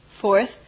Fourth